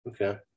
Okay